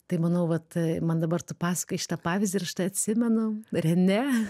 tai manau vat man dabar tu pasakoji šitą pavyzdį ir aš tai atsimenu rene